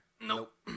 Nope